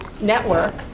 network